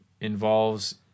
involves